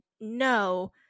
no